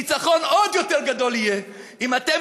ניצחון עוד יותר גדול יהיה אם אתם